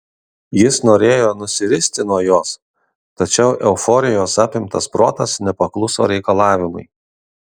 jis norėjo nusiristi nuo jos tačiau euforijos apimtas protas nepakluso reikalavimui